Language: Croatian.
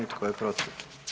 I tko je protiv?